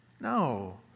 No